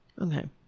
Okay